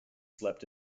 slept